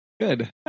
Good